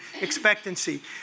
expectancy